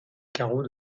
carreaux